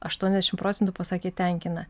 aštuoniasdešimt procentų pasakė tenkina